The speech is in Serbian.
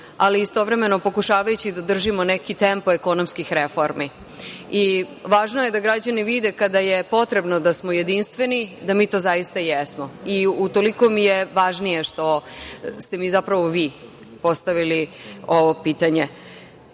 a istovremeno pokušavajući da održimo neki tempo ekonomskih reformi. Važno je da građani vide kada je potrebno da smo jedinstveni, da mi to zaista jesmo i utoliko mi je važnije što ste mi zapravo vi postavili ovo pitanje. Ja